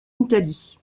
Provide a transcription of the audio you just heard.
italie